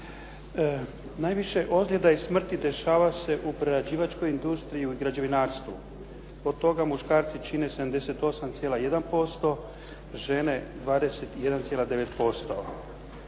Najviše ozljeda i smrti dešava se u prerađivačkoj industriji i u građevinarstvu. Od muškarci čine 78,1%, žene 21,9%.